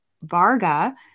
Varga